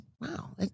Wow